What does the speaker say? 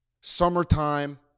summertime